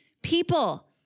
People